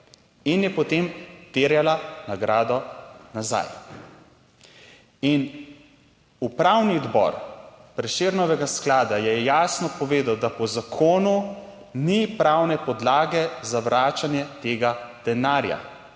in je potem terjala nagrado nazaj in Upravni odbor Prešernovega sklada je jasno povedal, da po zakonu ni pravne podlage za vračanje tega denarja